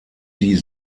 die